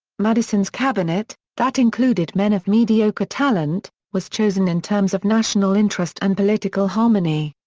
madison's cabinet, that included men of mediocre talent, was chosen in terms of national interest and political harmony.